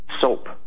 soap